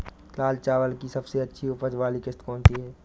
लाल चावल की सबसे अच्छी उपज वाली किश्त कौन सी है?